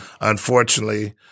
unfortunately